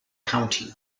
county